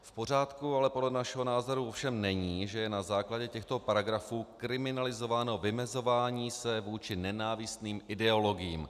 V pořádku ale podle našeho názoru ovšem není, že je na základě těchto paragrafů kriminalizováno vymezování se vůči nenávistným ideologiím.